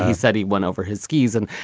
said he went over his skis. and,